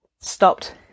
stopped